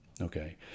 Okay